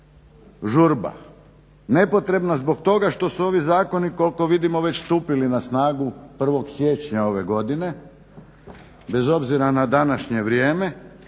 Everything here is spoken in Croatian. žurba. Nepotrebna zbog toga što su ovi zakoni koliko vidimo već stupili na snagu 1. siječnja ove godine, bez obzira na današnje vrijeme,